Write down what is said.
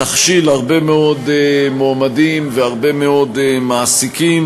תכשיל הרבה מאוד מועמדים והרבה מאוד מעסיקים,